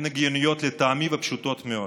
הן הגיוניות לטעמי ופשוטות מאוד: